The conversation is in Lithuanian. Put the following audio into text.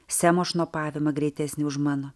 semo šnopavimą greitesni už mano